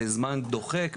בזמן דוחק,